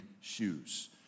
shoes